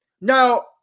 Now